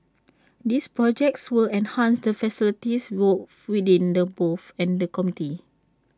these projects will enhance the facilities wolf within the both and the community